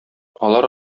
алар